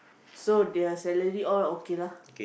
so their salary all okay lah